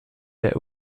der